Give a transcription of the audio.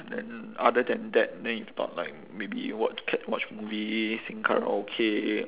then other than that then if not like maybe watch cat watch movie sing karaoke